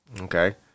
Okay